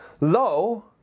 low